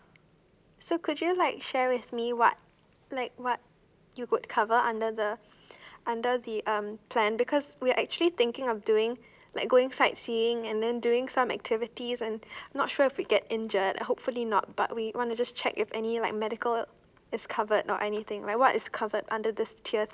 so could you like share with me what like what you could cover under the under the um plan because we are actually thinking of doing like going sightseeing and then doing some activities and not sure if we'll get injured hopefully not but we want to just check if any like medical uh is covered or anything like what is covered under this tier three